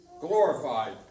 glorified